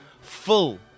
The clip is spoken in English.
full